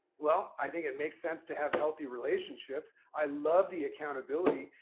well, i think it makes sense to have healthy relationships. i love the accountability,